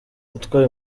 yatwaye